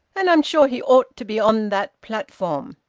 and i'm sure he ought to be on that platform.